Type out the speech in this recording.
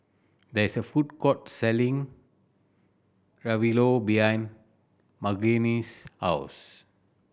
there is a food court selling Ravioli behind Margene's house